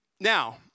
Now